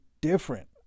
different